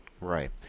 Right